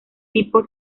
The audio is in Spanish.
tipo